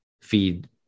feed